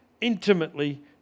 intimately